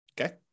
okay